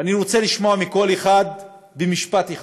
ואני רוצה לשמוע מכל אחד במשפט אחד,